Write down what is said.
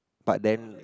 but then